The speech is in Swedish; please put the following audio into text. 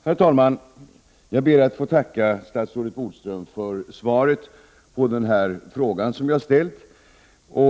Herr talman! Jag ber att få tacka statsrådet Bodström för svaret på den fråga som jag har ställt.